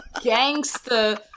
gangster